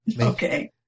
okay